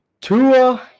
Tua